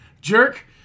jerk